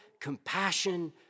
compassion